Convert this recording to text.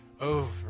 over